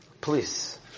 please